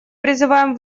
призываем